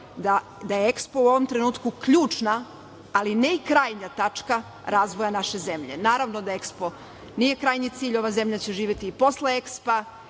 da je EKSPO u ovom trenutku ključna, ali ne i krajnja tačka razvoja naše zemlje. Naravno da EKSPO nije krajnji cilj, ova zemlja će živeti i posle EKSPO-a